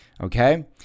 Okay